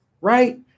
right